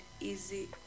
easy